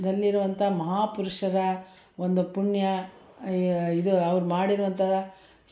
ದಲ್ಲಿರುವಂಥ ಮಹಾಪುರುಷರ ಒಂದು ಪುಣ್ಯ ಇದು ಅವ್ರು ಮಾಡಿರುವಂಥ